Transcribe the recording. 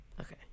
Okay